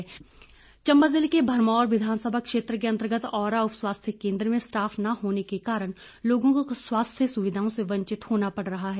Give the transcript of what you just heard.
मांग चंबा जिले के भरमौर विधानसभा क्षेत्र के अंतर्गत औरा उपस्वास्थ्य केंद्र में स्टाफ न होने के कारण लोगों को स्वास्थ्य सुविधाओं से वंचित होना पड़ रहा है